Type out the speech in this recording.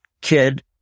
kid